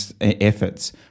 efforts